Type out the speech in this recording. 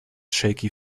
shaky